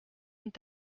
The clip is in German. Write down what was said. und